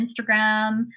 Instagram